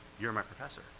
you're my professor.